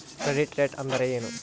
Credit rate ಅಂದರೆ ಏನು?